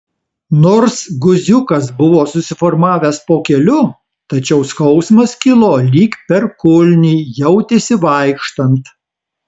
nors guziukas buvo susiformavęs po keliu tačiau skausmas kilo lyg per kulnį jautėsi vaikštant